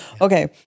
Okay